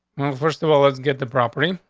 well, first of all, let's get the property,